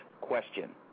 question